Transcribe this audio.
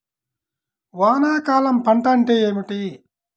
వానాకాలం పంట అంటే ఏమిటి?